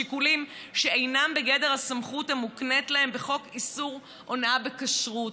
שיקולים שאינם בגדר הסמכות המוקנית להם בחוק איסור הונאה בכשרות.